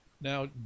now